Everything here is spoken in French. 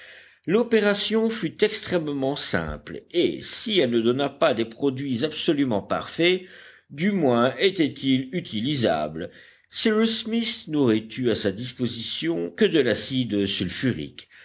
l'opération fut extrêmement simple et si elle ne donna pas des produits absolument parfaits du moins étaient-ils utilisables cyrus smith n'aurait eu à sa disposition que de l'acide sulfurique